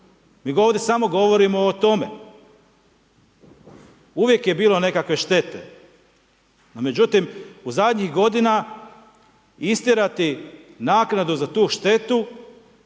Mi ovdje samo govorimo o tome, uvijek je bilo nekakve štete, međutim, u zadnjih godina istjerati naknadu za tu štetu